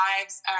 lives